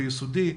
ביסודי.